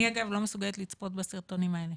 אני, אגב, לא מסוגלת לצפות בסרטונים האלה.